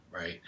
right